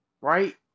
right